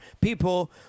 people